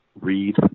read